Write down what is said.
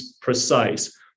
precise